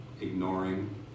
ignoring